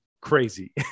crazy